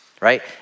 right